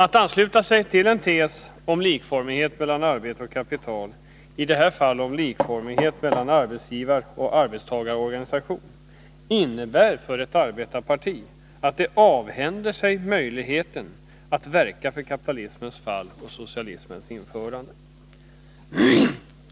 Att ansluta sig till en tes om likformighet mellan arbete och kapital i detta fall om likformighet mellan arbetsgivaroch arbetstagarorganisation — innebär för ett arbetarparti att det avhänder sig möjligheten att verka för kapitalismens fall och socialismens införande.